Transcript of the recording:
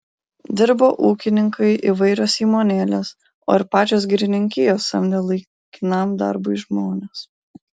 dirbo ūkininkai įvairios įmonėlės o ir pačios girininkijos samdė laikinam darbui žmones